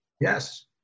Yes